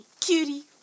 Cutie